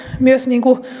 myös